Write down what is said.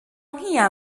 nk’iya